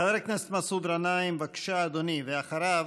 חבר הכנסת מסעוד גנאים, בבקשה, אדוני, ואחריו,